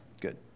good